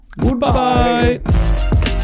Goodbye